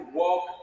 walk